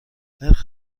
نرخ